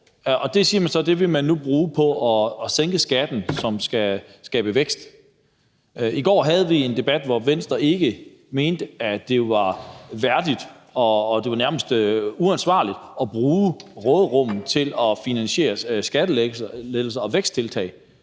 man så man nu vil bruge på at sænke skatten, hvilket skal skabe vækst. I går havde vi en debat, hvor Venstre ikke mente, at det var værdigt – det var nærmest uansvarligt – at bruge råderummet til at finansiere skattelettelser og væksttiltag